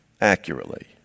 accurately